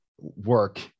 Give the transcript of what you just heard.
work